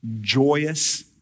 joyous